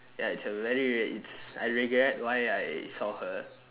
ya it's a very it's I regret why I saw her